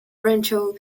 rancho